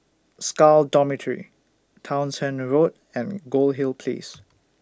Scal Dormitory Townshend Road and Goldhill Place